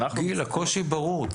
גיל, הקושי ברור.